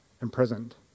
imprisoned